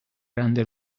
grande